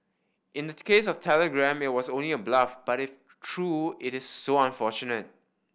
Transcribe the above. in the case of telegram it was only a bluff but if true it is so unfortunate